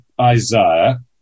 Isaiah